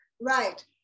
Right